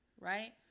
Right